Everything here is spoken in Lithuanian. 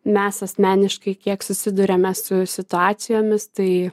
mes asmeniškai kiek susiduriame su situacijomis tai